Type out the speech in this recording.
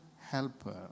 helper